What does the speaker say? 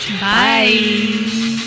Bye